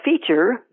feature